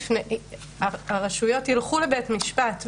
הרשויות ילכו לבית משפט,